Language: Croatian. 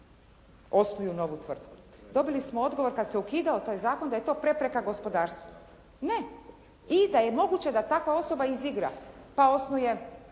osnuju novu tvrtku. Dobili smo odgovor kad se ukidao taj zakon, da je to prepreka gospodarstvu. Ne. I da je moguće da takva osoba izigra pa osnuje